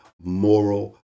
moral